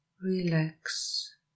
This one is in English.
relax